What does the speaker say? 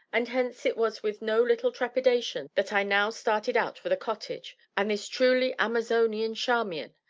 and hence it was with no little trepidation that i now started out for the cottage, and this truly amazonian charmian,